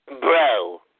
Bro